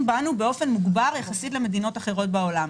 בנו באופן מוגבר יחסית למדינות אחרות בעולם.